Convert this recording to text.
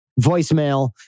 voicemail